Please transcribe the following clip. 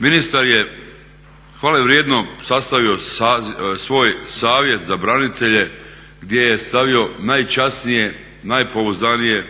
ministar je hvalevrijedno sastavio svoj Savjet za branitelje gdje je stavio najčasnije, najpouzdanije